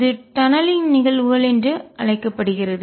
இது டநலிங்க் சுரங்கப்பாதையின் நிகழ்வுகள் என்று அழைக்கப்படுகிறது